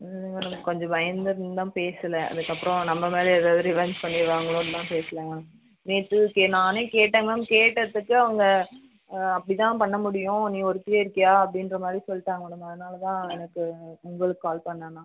இல்லை மேடம் கொஞ்சம் பயந்து இருந்து தான் பேசலை அதுக்கப்புறம் நம்ம மேலே எதாவது ரிவென்ஞ் பண்ணிருவாங்களோன் தான் பேசலங்க மேம் நேத்துக்கு நானே கேட்டேன் மேம் கேட்டத்துக்கு அவங்க அப்படி தான் பண்ண முடியும் நீ ஒருத்தியே இருக்கியா அப்படின்ற மாதிரி சொல்லிட்டாங்க மேடம் அதனால் தான் எனக்கு உங்களுக்கு கால் பண்ணேன் நான்